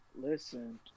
Listen